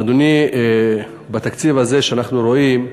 אדוני, בתקציב הזה שאנחנו רואים,